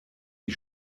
die